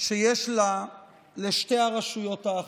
שיש לה לשתי הרשויות האחרות,